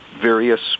various